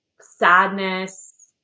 sadness